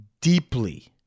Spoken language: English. deeply